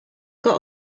got